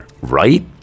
Right